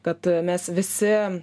kad mes visi